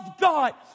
God